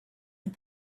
and